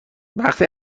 وقتی